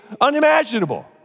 unimaginable